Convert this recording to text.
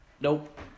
Nope